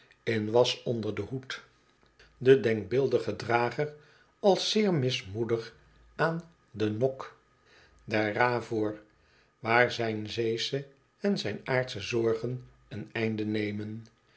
in was onder den hoed den denkbeeldigen drager als zeer mismoedig aan de nok der ra voor waar zijn zeesche en zijn aardsche zorgen een einde nemen